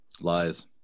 Lies